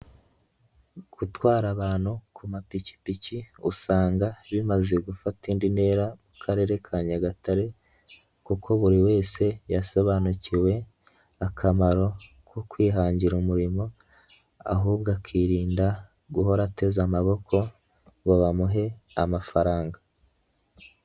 Gutwara abantu ku mapikipiki usanga bimaze gufata indi ntera mu karere ka Nyagatare kuko buri wese yasobanukiwe akamaro ko kwihangira umurimo, ahubwo akirinda guhora ateze amaboko ngo bamuhe amafaranga.